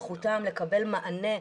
זכותם לקבל מענה,